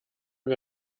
wir